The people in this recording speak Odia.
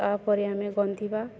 ତା'ପରେ ଆମେ ଗନ୍ଥିବା